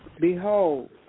Behold